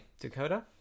Dakota